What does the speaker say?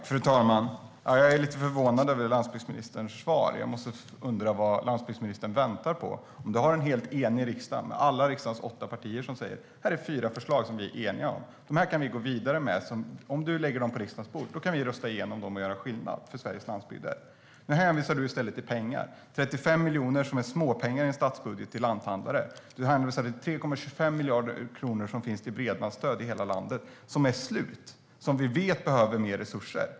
Fru talman! Jag är lite förvånad över landsbygdsministerns svar och undrar vad landsbygdsministern väntar på. Vi har en helt enig riksdag, där alla riksdagens åtta partier säger att här är fyra förslag som vi är eniga om och kan gå vidare med. Om ministern lägger dem på riksdagens bord kan vi rösta igenom dem och göra skillnad för Sveriges landsbygder. Nu hänvisar ministern i stället till pengar, 35 miljoner, som är småpengar i en statsbudget till lanthandlare. Han hänvisar till 3,25 miljarder kronor som finns till bredbandsstöd i hela landet. Men de är slut, och vi vet att det behövs mer resurser.